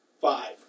Five